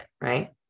right